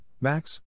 Max